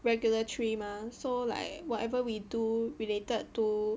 regulatory mah so like whatever we do related to